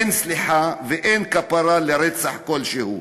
אין סליחה ואין כפרה לרצח כלשהו.